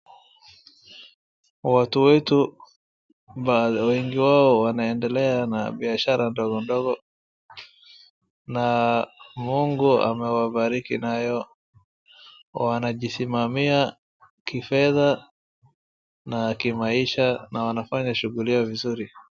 Watu wetu baadhi, wengi wao wanaendelea na biashara ndogo ndogo, na Mungu amewabariki nayo. Wanajisimamia kifedha na kimaisha na wanafanya shughuli yao vizuri.